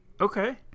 Okay